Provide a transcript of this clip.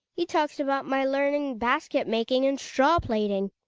he talks about my learning basket-making and straw-plaiting!